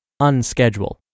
Unschedule